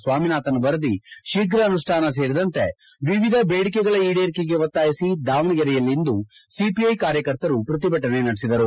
ಸ್ವಾಮಿನಾಥನ್ ವರದಿ ಶೀಘ್ರ ಅನುಷ್ಟಾನ ಸೇರಿದಂತೆ ವಿವಿಧ ಬೇಡಿಕೆಗಳ ಈಡೇರಿಕೆಗೆ ಒತ್ತಾಯಿಸಿ ದಾವಣಗೆರೆಯಲ್ಲಿಂದು ಸಿಪಿಐ ಕಾರ್ಯಕರ್ತರು ಪ್ರತಿಭಟನೆ ನಡೆಸಿದರು